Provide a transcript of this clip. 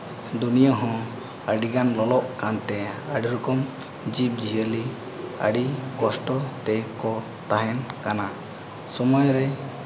ᱫᱩᱱᱭᱟᱹ ᱦᱚᱸ ᱟᱹᱰᱤᱜᱟᱱ ᱞᱚᱞᱚᱜ ᱠᱟᱱᱛᱮ ᱟᱹᱰᱤ ᱨᱚᱠᱚᱢ ᱡᱤᱵᱽ ᱡᱤᱭᱟᱹᱞᱤ ᱟᱹᱰᱤ ᱠᱚᱥᱴᱚ ᱛᱮᱠᱚ ᱛᱟᱦᱮᱱ ᱠᱟᱱᱟ ᱥᱚᱢᱚᱭ ᱨᱮ